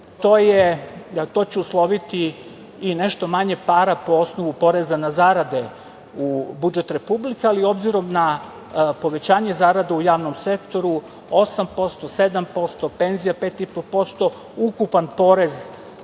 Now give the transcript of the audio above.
To će usloviti i nešto manje para po osnovu poreza na zarade u budžet Republike, ali obzirom na povećanje zarada u javnom sektoru 8%, 7%, penzija 5,5% ukupan porez